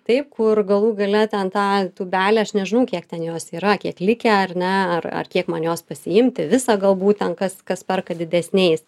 taip kur galų gale ten tą tūbelę aš nežinau kiek ten jos yra kiek likę ar ne ar ar kiek man jos pasiimti visą galbūt ten kas kas perka didesniais